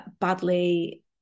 badly